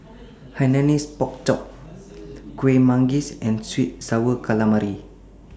Hainanese Pork Chop Kueh Manggis and Sweet and Sour Calamari